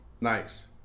Nice